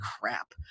crap